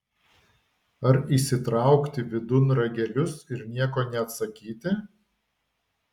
ar įsitraukti vidun ragelius ir nieko neatsakyti